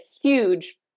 huge